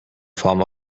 form